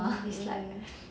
mm